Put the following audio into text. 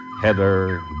heather